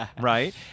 Right